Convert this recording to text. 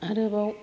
आरोबाव